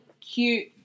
cute